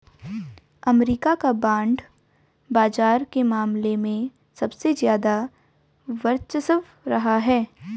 अमरीका का बांड बाजार के मामले में सबसे ज्यादा वर्चस्व रहा है